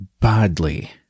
badly